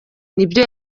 nibyo